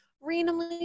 randomly